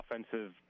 offensive